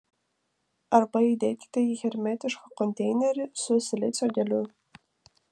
arba įdėkite į hermetišką konteinerį su silicio geliu